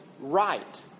right